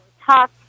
talk